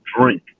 drink